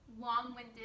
long-winded